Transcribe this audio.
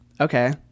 okay